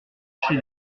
chez